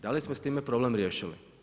Da li smo s time problem riješili?